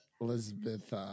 Elizabeth